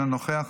אינו נוכח,